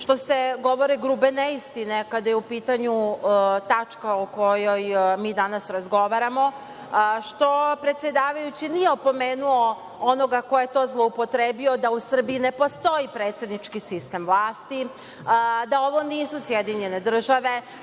što se govore grube neistine kada je u pitanju tačka o kojoj mi danas razgovaramo, što predsedavajući nije opomenuo onoga ko je to zloupotrebio da u Srbiji ne postoji predsednički sistem vlasti, da ovo nisu SAD, da